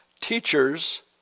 teachers